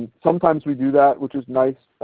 sometimes we do that which is nice.